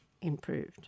improved